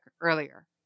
earlier